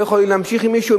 לא יכולים להמשיך עם מישהו.